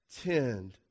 tend